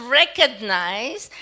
recognize